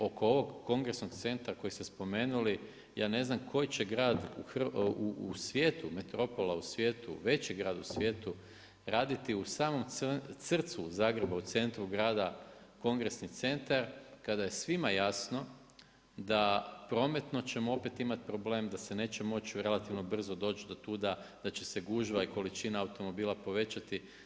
Oko ovog kongresnog centra koji ste spomenuli ja ne znam koji će grad u svijetu, metropola u svijetu, veći grad u svijetu raditi u samom srcu Zagreba, u centru grada kongresni centar kada je svima jasno da prometno ćemo opet imati problem da se neće moći relativno brzo doći do tuda, da će se gužva i količina automobila povećati.